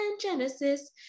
Genesis